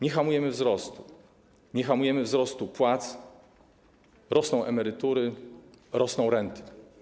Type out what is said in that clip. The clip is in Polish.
Nie hamujemy wzrostu, nie hamujemy wzrostu płac, rosną emerytury, rosną renty.